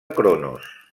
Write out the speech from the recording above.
cronos